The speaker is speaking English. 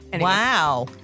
Wow